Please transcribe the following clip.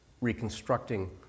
reconstructing